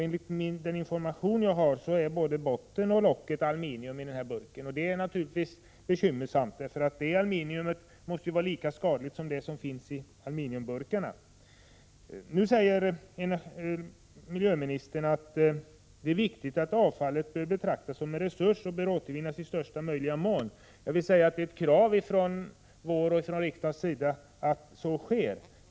Enligt den information jag har är både botten och locket på burken av aluminium — det är naturligtvis bekymmersamt. Det aluminiumet måste naturligtvis vara lika skadligt som det som finns i aluminiumburken. Miljöoch energiministern säger nu att avfallet bör betraktas som en resurs som bör återvinnas i största möjliga utsträckning. Jag vill säga att det är ett krav från vår och riksdagens sida att så sker.